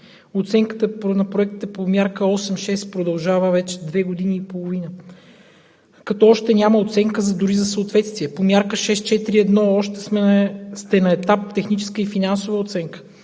Оценката на проектите по Мярка 8.6 продължава вече две години и половина, като още няма оценка дори за съответствие. По Мярка 6.4.1 още сте на етап техническа и финансова оценка.